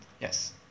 Yes